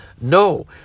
No